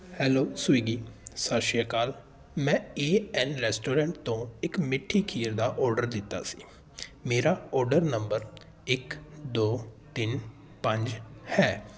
hello Swiggy ਸਤਿ ਸ਼੍ਰੀ ਅਕਾਲ ਮੈਂ ਏ ਐੱਨ ਰੈਸਟੋਰੈਂਟ ਤੋਂ ਇੱਕ ਮਿੱਠੀ ਖੀਰ ਦਾ ਔਡਰ ਦਿੱਤਾ ਸੀ ਮੇਰਾ ਔਡਰ ਨੰਬਰ ਇੱਕ ਦੋ ਤਿੰਨ ਪੰਜ ਹੈ